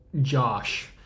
Josh